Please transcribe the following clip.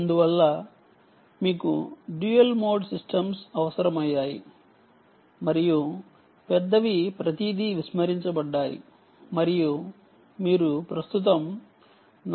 అందువల్ల మీకు dual mode systems అవసరమయ్యాయి మరియు పెద్దవి ప్రతిదీ విస్మరించబడ్డాయి మరియు మీరు ప్రస్తుతం 4